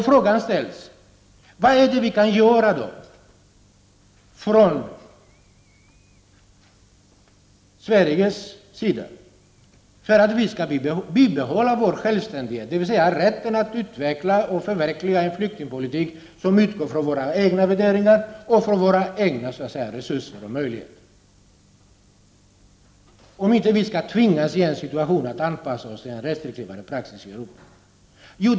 Frågan som ställs är: Vad kan vi göra från Sveriges sida för att bibehålla vår självständighet, dvs. rätten att utveckla och förverkliga en flyktingpolitik som utgår från våra egna värderingar, resurser och möjligheter, om vi inte skall tvingas anpassa oss till en restriktivare praxis i Europa?